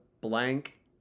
blank